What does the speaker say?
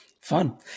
fun